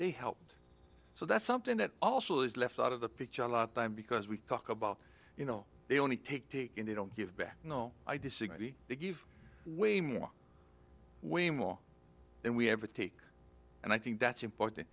they helped so that's something that also is left out of the picture a lot of time because we talk about you know they only take take in they don't give back no i disagree they give way more way more than we ever take and i think that's important